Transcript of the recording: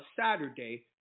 Saturday